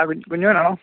ആ കുഞ്ഞാനാണോ